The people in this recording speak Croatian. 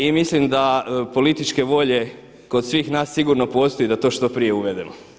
I mislim da političke volje kod svih nas sigurno postoji da to što prije uvedemo.